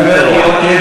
בפניך.